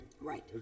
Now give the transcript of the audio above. Right